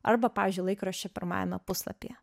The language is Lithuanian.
arba pavyzdžiui laikraščio pirmajame puslapyje